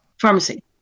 pharmacy